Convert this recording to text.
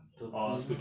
tequila